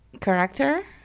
character